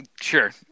sure